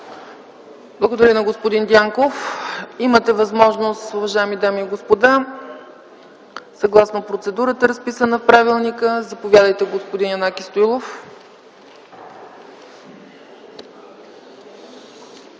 Благодаря на господин Дянков. Имате възможност, уважаеми дами и господа, съгласно процедурата, разписана в правилника. Заповядайте, господин Янаки Стоилов.